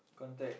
contact